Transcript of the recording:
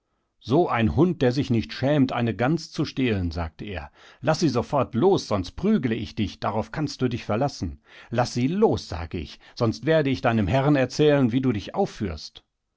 so ein hund der sich nicht schämt eine gans zu stehlen sagte er laßsiesofortlos sonstprügleichdich daraufkannstdudichverlassen laß sie los sage ich sonst werde ich deinem herrn erzählen wie du dich aufführst